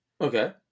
Okay